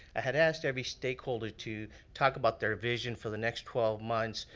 i had asked every stakeholder to talk about their vision for the next twelve months.